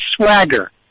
swagger